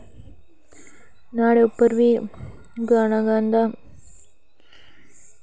न्हाड़े पर बी गाना गांदा